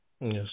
Yes